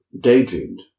daydreamed